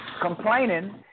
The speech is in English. complaining